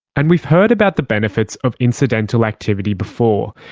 and we've heard about the benefits of incidental activity before.